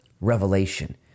revelation